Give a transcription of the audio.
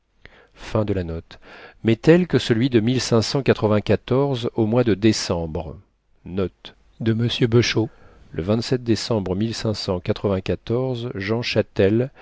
mais tel que celui de au mois de décembre